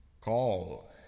Call